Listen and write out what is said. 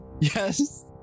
Yes